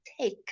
take